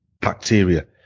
bacteria